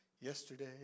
Yesterday